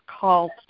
calls